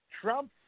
Trump